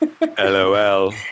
LOL